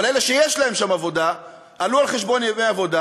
אלה שיש להם שם עבודה עלו על-חשבון ימי עבודה.